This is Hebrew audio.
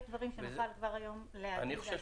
יש דברים שנוכל כבר היום להגיד איך